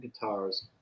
guitars